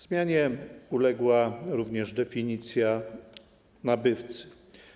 Zmianie uległa również definicja nabywcy.